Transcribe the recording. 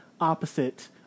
opposite